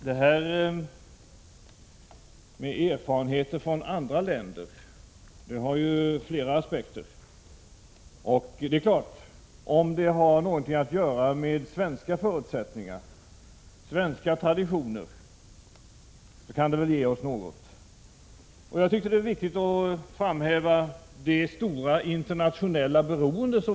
Detta med erfarenheter från andra länder har ju flera aspekter. Och om det har någonting att göra med svenska förutsättningar och svenska traditioner kan det väl ge oss något. Jag tycker att det är riktigt att framhäva vårt lands stora internationella beroende.